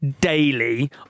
daily